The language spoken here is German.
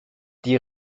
die